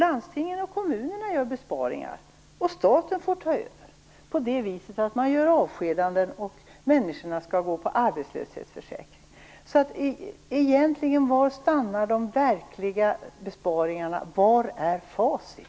Landsting och kommuner gör besparingar och staten får ta över på så sätt att man avskedar människor som får gå på arbetslöshetsförsäkring. Var är facit?